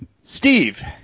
Steve